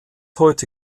heute